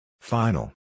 Final